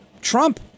Trump